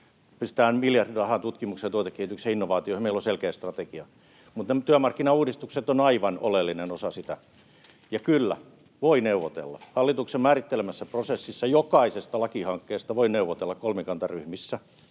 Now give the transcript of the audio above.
pistetään miljardi rahaa tutkimukseen, tuotekehitykseen ja innovaatioihin. Meillä on selkeä strategia. Työmarkkinauudistukset ovat aivan oleellinen osa sitä. Ja kyllä, voi neuvotella. Hallituksen määrittelemässä prosessissa jokaisesta lakihankkeesta voi neuvotella kolmikantaryhmissä,